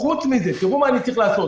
חוץ מזה, תראו מה אני צריך לעשות.